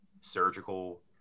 surgical